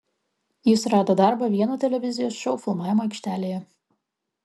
jis rado darbą vieno televizijos šou filmavimo aikštelėje